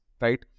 right